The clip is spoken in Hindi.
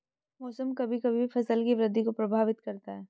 मौसम कभी कभी फसल की वृद्धि को प्रभावित करता है